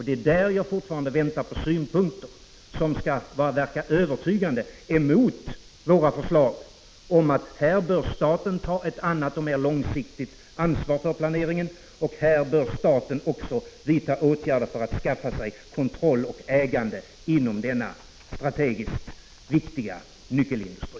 Det är där jag fortfarande väntar på övertygande argument mot våra förslag att staten här bör ta ett annat och mer långsiktigt ansvar för planeringen och vidta åtgärder för att skaffa sig kontroll och ägande inom denna strategiskt viktiga nyckelindustri.